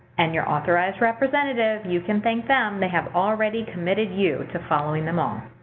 and your authorized representative, you can thank them they have already committed you to following them all.